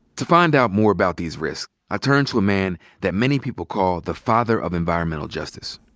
to find out more about these risks, i turned to a man that many people call the father of environmental justice.